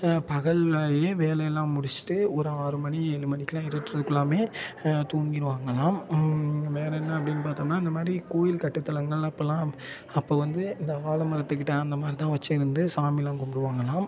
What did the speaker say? பகல் வேளையிலேயே வேலையெல்லாம் முடிச்சுட்டு ஒரு ஆறு மணி ஏழு மணிக்குலாம் இருட்டுறப்பெல்லாமே தூங்கிடுவாங்களாம் வேறென்ன அப்டின்னு பார்த்தோம்னா இந்த மாதிரி கோவில் கட்டுத்தலங்கள் அப்போல்லாம் அப்போ வந்து இந்த ஆலமரத்துக்கிட்டே அந்த மாதிரி தான் வெச்சுருந்து சாமிலாம் கும்பிடுவாங்களாம்